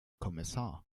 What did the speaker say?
kommissar